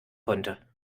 konnte